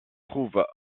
trouve